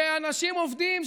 ואנשים עובדים,